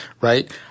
right